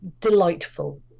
delightful